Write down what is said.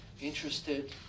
interested